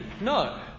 No